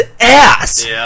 ass